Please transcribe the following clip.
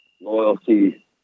loyalty